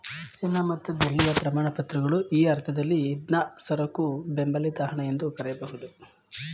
ಚಿನ್ನ ಮತ್ತು ಬೆಳ್ಳಿಯ ಪ್ರಮಾಣಪತ್ರಗಳು ಈ ಅರ್ಥದಲ್ಲಿ ಇದ್ನಾ ಸರಕು ಬೆಂಬಲಿತ ಹಣ ಎಂದು ಕರೆಯಬಹುದು